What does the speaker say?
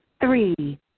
three